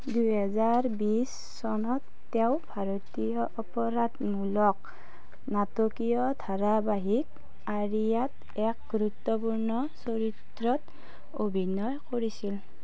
দুই হাজাৰ বিশ চনত তেওঁ ভাৰতীয় অপৰাধমূলক নাটকীয় ধাৰাবাহিক আৰিয়াত এক গুৰুত্বপূৰ্ণ চৰিত্ৰত অভিনয় কৰিছিল